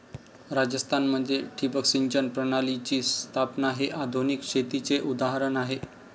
राजस्थान मध्ये ठिबक सिंचन प्रणालीची स्थापना हे आधुनिक शेतीचे उदाहरण आहे